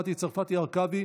מטי צרפתי הרכבי,